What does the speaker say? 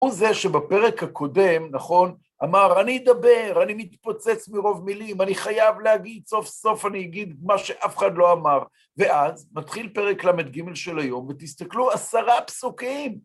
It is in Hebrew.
הוא זה שבפרק הקודם, נכון, אמר, אני אדבר, אני מתפוצץ מרוב מילים, אני חייב להגיד סוף סוף, אני אגיד מה שאף אחד לא אמר. ואז מתחיל פרק ל"ג של היום, ותסתכלו, עשרה פסוקים.